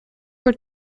were